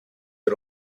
had